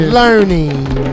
learning